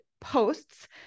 posts